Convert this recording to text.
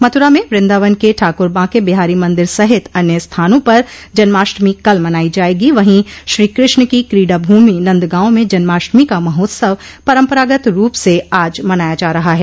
मथुरा में वृन्दावन के ठाकुर बांके बिहारी मंदिर सहित अन्य स्थानों पर जन्माष्टमी कल मनायी जायेगी वहीं श्रीकृष्ण की क्रीडा भूमि नंद गांव में जन्माष्टमी का महोत्सव परम्परागत रूप से आज मनाया जा रहा है